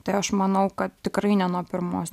tai aš manau kad tikrai ne nuo pirmos